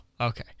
okay